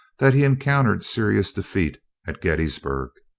that he encountered serious defeat at gettysburg.